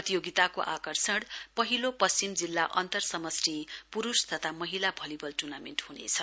प्रतियोगिताको आकर्षण पहिलो पश्चिम जिल्ला अन्तर्समष्टि पुरूष तथा महिला भलीबल टूर्नामेन्ट ह्नेछ